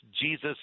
Jesus